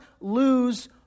lose